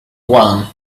one